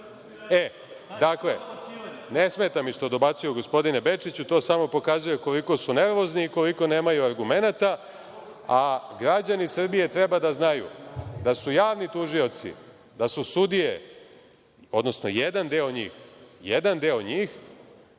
ne smeta mi što dobacuju gospodine Bečiću, to samo pokazuje koliko su nervozni i koliko nemaju argumenata. Građani Srbije treba da znaju da su javni tužioci, da su sudije, odnosno jedan deo njih radili